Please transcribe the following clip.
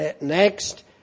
next